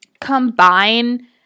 combine